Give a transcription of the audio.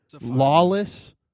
Lawless